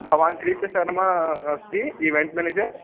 भवान् क्रीसतर्मा अस्ति ईवेण्ट् मेनेजर्